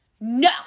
no